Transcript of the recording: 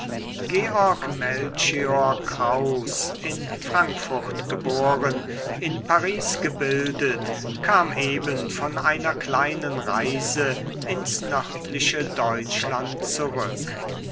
georg melchior kraus in frankfurt geboren in paris gebildet kam eben von einer kleinen reise ins nördliche deutschland zurück